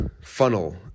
funnel